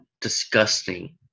disgusting